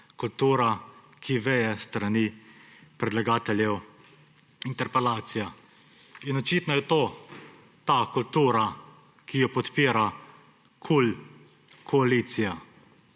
kultura, ki veje s strani predlagateljev interpelacije. Očitno je to ta kultura, ki jo podpira KUL koalicija.